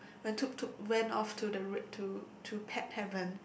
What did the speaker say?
when Tutu went off to the red to pet heaven